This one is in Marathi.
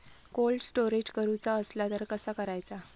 कोल्ड स्टोरेज करूचा असला तर कसा करायचा?